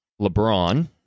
LeBron